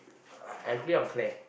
I agree on Claire